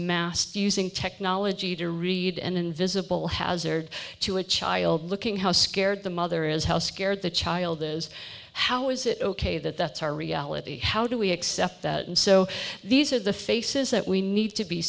massed using technology to read an invisible hazard to a child looking how scared the mother is how scared the child is how is it ok that that's our reality how do we accept that and so these are the faces that we need to be